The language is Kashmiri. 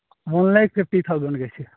وَن لیکھ فِفٹی تھوزَنڈ گژھِ یہِ